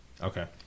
Okay